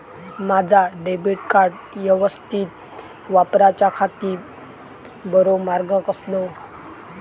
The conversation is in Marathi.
माजा डेबिट कार्ड यवस्तीत वापराच्याखाती बरो मार्ग कसलो?